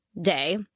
day